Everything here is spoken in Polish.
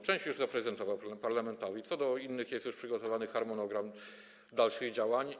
Część już zaprezentował parlamentowi, w przypadku innych jest już przygotowany harmonogram dalszych działań.